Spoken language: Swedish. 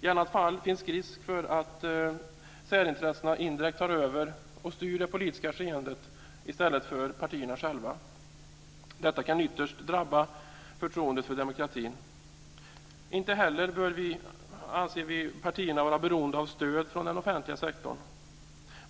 I annat fall finns risk för att särintressena indirekt tar över och styr det politiska skeendet i stället för partierna själva. Detta kan ytterst drabba förtroendet för demokratin. Vi anser att partierna inte heller bör vara beroende av stöd från den offentliga sektorn.